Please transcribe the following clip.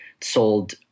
sold